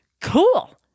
cool